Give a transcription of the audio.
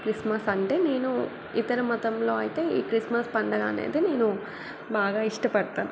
Christmas అంటే నీను ఇతర మతంలో అయితే ఈ క్రిస్మస్ పండుగ అనేది నేను బాగా ఇష్టపడతాను